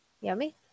Yummy